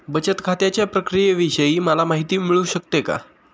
बचत खात्याच्या प्रक्रियेविषयी मला माहिती मिळू शकते का?